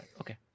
Okay